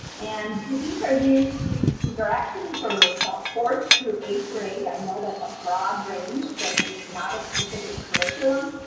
and these are used these these are actually for about fourth through eighth grade, i know that's a broad range but it's not a specific curriculum,